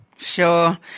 Sure